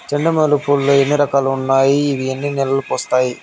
చెండు మల్లె పూలు లో ఎన్ని రకాలు ఉన్నాయి ఇవి ఎన్ని నెలలు పూస్తాయి